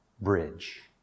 bridge